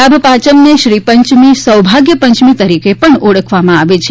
લાભ પાંચમને શ્રી પંચમી સૌભાગ્ય પંચમી તરીકે પણ ઓળખવામાં આવે છે